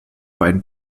beiden